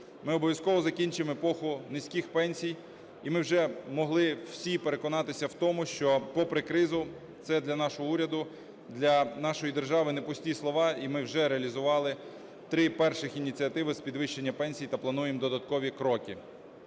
Ми обов'язково закінчимо епоху низьких пенсій. І ми вже могли всі переконатися в тому, що попри кризу це для нашого уряду, для нашої держави не пусті слова. І ми вже реалізували три перших ініціативи з підвищення пенсій та плануємо додаткові кроки.